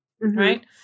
right